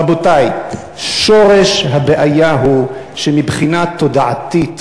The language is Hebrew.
רבותי, שורש הבעיה הוא שמבחינה תודעתית